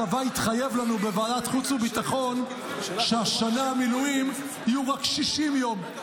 הצבא התחייב לנו בוועדת החוץ והביטחון שהשנה המילואים יהיו רק 60 יום,